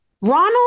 Ronald